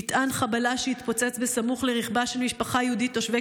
מטען חבלה שהתפוצץ סמוך לרכבה של משפחה יהודית מתושבי